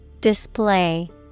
Display